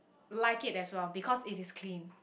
like it as well because it is clean